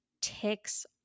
ticks